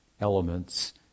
elements